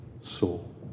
soul